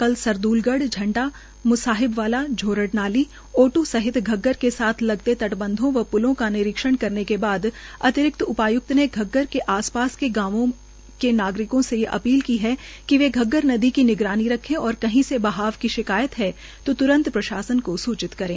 कल सरद्लगढ़ झंडा म्साहिब वाला झोरड़ नाली ओटू सहित घग्घर के साथ लगते तट बंधों व प्लो का निरीक्षण करने के बाद अतिरिक्त उपाय्क्त ने घग्घर के आप पास के गांवों के नागरिकों से भी अपील की है कि वे घग्घर नदी की निगरानी रखें और कहीं से बहाव की शिकायत है तो लोग तुरंत प्रशासन को सूचित करें